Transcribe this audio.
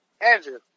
Andrew